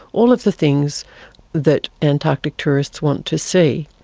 all of the things that antarctic tourists want to see.